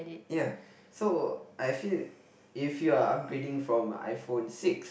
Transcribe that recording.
ya so I feel if you are upgrading from iPhone six